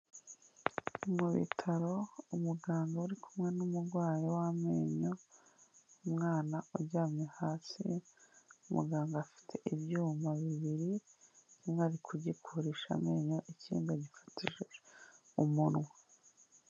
Mu bitaro umuganga uri kumwe n'umurwayi w'amenyo umwana uryamye hasi, muganga afite ibyuma bibiri, kimwe ari kugikurisha amenyo ikinda agifatishije umunwa.